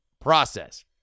process